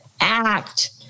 act